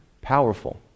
Powerful